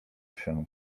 się